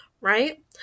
right